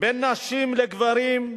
בין נשים לגברים.